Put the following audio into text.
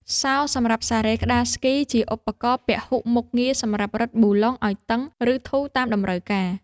សោសម្រាប់សារ៉េក្ដារស្គី ជាឧបករណ៍ពហុមុខងារសម្រាប់រឹតប៊ូឡុងឱ្យតឹង ឬធូរតាមតម្រូវការ។